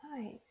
Nice